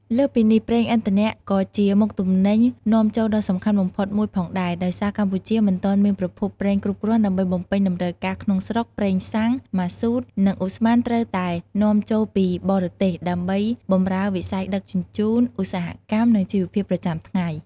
លើសពីនេះ ប្រេងឥន្ធនៈ ក៏ជាមុខទំនិញនាំចូលដ៏សំខាន់បំផុតមួយផងដែរ ដោយសារកម្ពុជាមិនទាន់មានប្រភពប្រេងគ្រប់គ្រាន់ដើម្បីបំពេញតម្រូវការក្នុងស្រុក ប្រេងសាំង ម៉ាស៊ូត និងឧស្ម័នត្រូវតែនាំចូលពីបរទេសដើម្បីបម្រើវិស័យដឹកជញ្ជូន ឧស្សាហកម្ម និងជីវភាពប្រចាំថ្ងៃ។